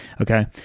Okay